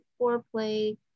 foreplay